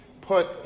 put